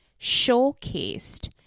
showcased